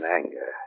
anger